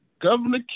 Governor